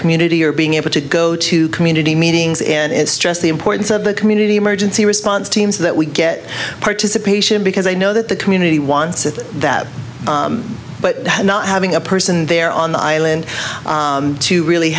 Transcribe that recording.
community are being able to go to community meetings and it's just the importance of the community emergency response teams that we get participation because i know that the community wants it that but not having a person there on the island to really